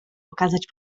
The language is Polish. okazać